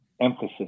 emphasis